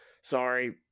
Sorry